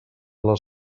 les